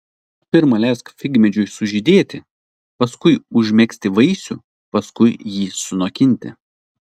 pirma leisk figmedžiui sužydėti paskui užmegzti vaisių paskui jį sunokinti